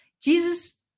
Jesus